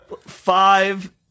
five